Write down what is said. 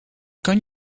kan